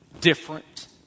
different